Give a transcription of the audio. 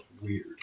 weird